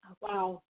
wow